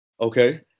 okay